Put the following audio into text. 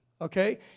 Okay